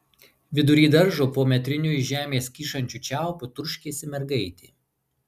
vidury daržo po metriniu iš žemės kyšančiu čiaupu turškėsi mergaitė